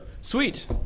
sweet